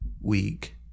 week